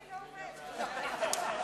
מי נמנע?